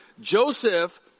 Joseph